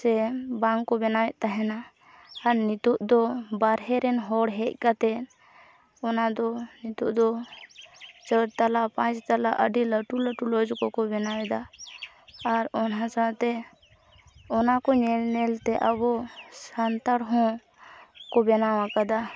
ᱥᱮ ᱵᱟᱝᱠᱚ ᱵᱮᱱᱟᱣᱮᱫ ᱛᱟᱦᱮᱱᱟ ᱟᱨ ᱱᱤᱛᱚᱜᱫᱚ ᱵᱟᱨᱦᱮᱨᱮᱱ ᱦᱚᱲ ᱦᱮᱡ ᱠᱟᱛᱮ ᱚᱱᱟᱫᱚ ᱱᱤᱛᱚᱜᱫᱚ ᱪᱟᱹᱨᱛᱟᱞᱟ ᱯᱟᱪᱛᱟᱞᱟ ᱟᱹᱰᱤ ᱞᱟᱹᱴᱩ ᱞᱟᱹᱴᱩ ᱞᱚᱡᱽ ᱠᱚᱠᱚ ᱵᱮᱱᱟᱣᱮᱫᱟ ᱟᱨ ᱚᱱᱟ ᱥᱟᱶᱛᱮ ᱚᱱᱟᱠᱚ ᱧᱮᱞ ᱧᱮᱞᱛᱮ ᱟᱵᱚ ᱥᱟᱱᱛᱟᱲᱦᱚᱸ ᱠᱚ ᱵᱮᱱᱟᱣ ᱟᱠᱟᱫᱟ